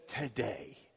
Today